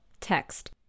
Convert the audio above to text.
text